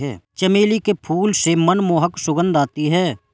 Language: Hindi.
चमेली के फूल से मनमोहक सुगंध आती है